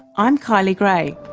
i'm kylie grey.